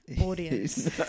audience